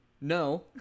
No